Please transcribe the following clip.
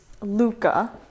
Luca